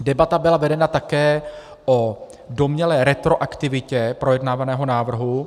Debata byla vedena také o domnělé retroaktivitě projednávaného návrhu.